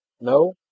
No